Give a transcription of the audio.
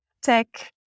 tech